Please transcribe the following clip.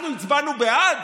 אנחנו הצבענו בעד?